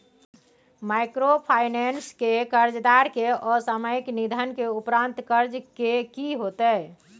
Microfinance के कर्जदार के असामयिक निधन के उपरांत कर्ज के की होतै?